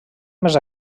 més